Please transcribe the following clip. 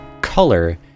color